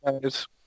guys